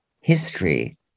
history